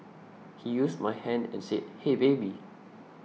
he used my hand and said hey baby